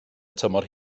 tymor